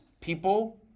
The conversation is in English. people